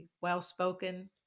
well-spoken